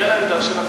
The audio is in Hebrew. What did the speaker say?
דרך העמדה של,